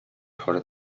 chory